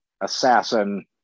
assassin